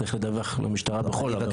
צריך לדווח למשטרה בכל עבר פלילי.